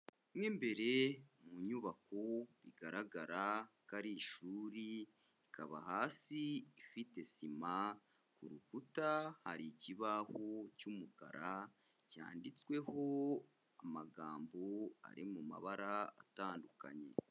Mo imbere mu nyubako bigaragara ko ari ishuri, ikaba hasi ifite sima, ku rukuta hari ikibaho cy'umukara cyanditsweho amagambo ari mu mabara atandukanye.